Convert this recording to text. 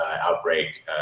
outbreak